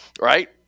Right